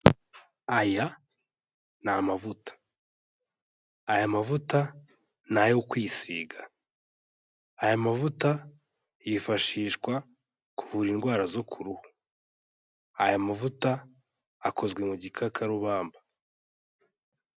Aya ni amavuta, aya mavuta n'ayo kwisiga, aya mavuta yifashishwa kuvura indwara zo ku ruhu, aya mavuta akozwe mu gikakarubamba.